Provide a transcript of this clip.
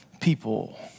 people